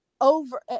over